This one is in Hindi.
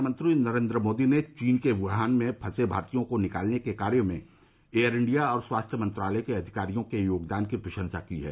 प्रधानमंत्री नरेन्द्र मोदी ने चीन के वुहान में फंसे भारतीयों को निकालने के कार्य में एयर इंडिया और स्वास्थ्य मंत्रालय के अधिकारियों के योगदान की प्रशंसा की है